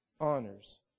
honors